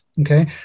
Okay